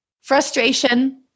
frustration